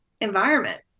environment